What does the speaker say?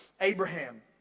Abraham